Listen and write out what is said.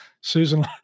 Susan